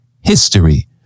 history